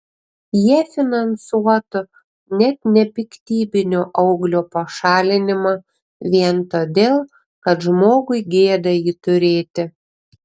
jie finansuotų net nepiktybinio auglio pašalinimą vien todėl kad žmogui gėda jį turėti